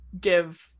give